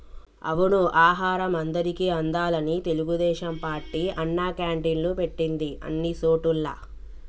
అవును ఆహారం అందరికి అందాలని తెలుగుదేశం పార్టీ అన్నా క్యాంటీన్లు పెట్టింది అన్ని సోటుల్లా